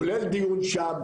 כולל דיון שם,